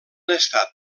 estat